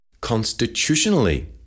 Constitutionally